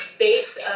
base